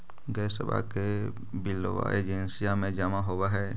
गैसवा के बिलवा एजेंसिया मे जमा होव है?